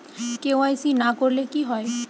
KYC না করলে কি হয়?